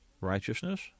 righteousness